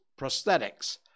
prosthetics